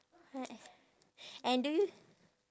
and do you